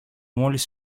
μόλις